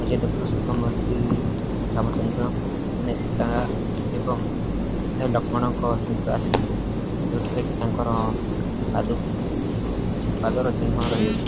ମର୍ଯ୍ୟାଦା ପୁରୁଷୋତ୍ତମ ଶ୍ରୀ ରାମଚନ୍ଦ୍ର ସୀତା ଏବଂ ଭାଇ ଲକ୍ଷ୍ମଣଙ୍କ ସହିତ ଆସିଥିଲେ ଯେଉଁଠାରେ କିି ତାଙ୍କର ପାଦ ପାଦର ଚିହ୍ନ ରହିଛି